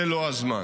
זה לא הזמן.